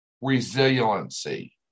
Resiliency